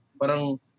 Parang